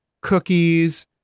cookies